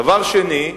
דבר שני,